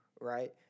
Right